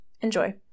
Enjoy